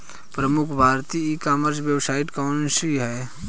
प्रमुख भारतीय e commerce website कौन कौन सी हैं?